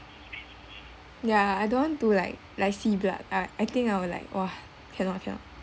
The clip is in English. ya I don't want to like like see blood I I think I will like !wah! cannot cannot